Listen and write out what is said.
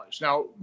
Now